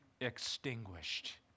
extinguished